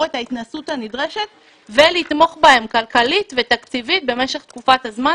את ההתנסות הנדרשת ולתמוך בהם כלכלית ותקציבית במשך תקופת הזמן